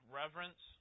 reverence